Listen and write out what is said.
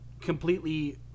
completely